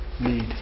need